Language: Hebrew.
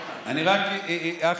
עירך"